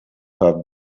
have